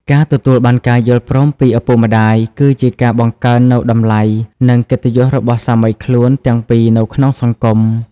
ការទទួលបានការយល់ព្រមពីឪពុកម្ដាយ គឺជាការបង្កើននូវតម្លៃ និងកិត្តិយសរបស់សាមីខ្លួនទាំងពីរនៅក្នុងសង្គម។